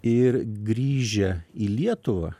ir grįžę į lietuvą